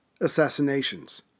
Assassinations